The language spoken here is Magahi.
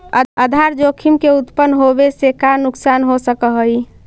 आधार जोखिम के उत्तपन होवे से का नुकसान हो सकऽ हई?